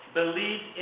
believe